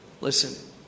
Listen